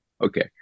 Okay